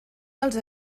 dels